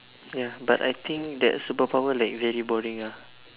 ya but I think that super power like very boring ah